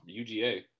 UGA